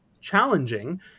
challenging